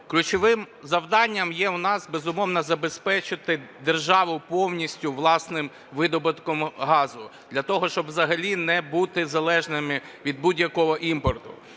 ключовим завданням є у нас, безумовно, забезпечити державу повністю власним видобутком газу, для того щоб взагалі не бути залежними від будь-якого імпорту.